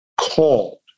called